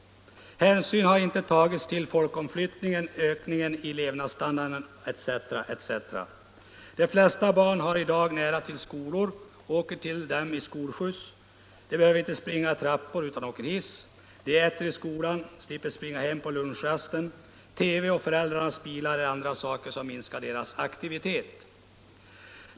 Hänsyn har inte tagits till folkomflyttningen, ökningen av levnadsstandarden etc. De flesta barn har i dag nära till sina skolor eller åker till dem i skolskjuts. De behöver inte springa i trappor utan åker hiss. De äter i skolan och slipper springa hem på lunchrasten. TV och föräldrarnas bilar är andra saker som minskar deras aktivitet.